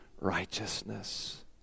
righteousness